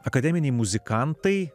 akademiniai muzikantai